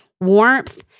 warmth